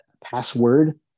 password